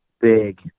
big